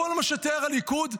כל מה שתיאר הליכוד,